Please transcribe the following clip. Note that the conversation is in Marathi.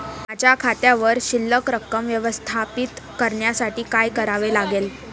माझ्या खात्यावर शिल्लक रक्कम व्यवस्थापित करण्यासाठी काय करावे लागेल?